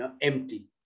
empty